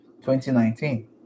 2019